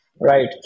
Right